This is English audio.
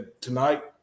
tonight